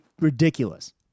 ridiculous